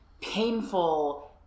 painful